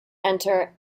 enter